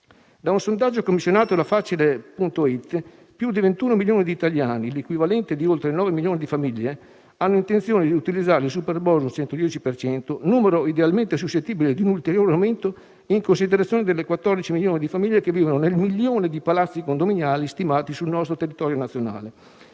da un sondaggio commissionato da "Facile.it", più di 21 milioni di italiani, l'equivalente di oltre 9 milioni di famiglie, hanno intenzione di utilizzare il *superbonus*, numero idealmente suscettibile di un ulteriore aumento in considerazione dei 14 milioni di famiglie che vivono nel milione di palazzi condominiali stimati sul nostro territorio nazionale;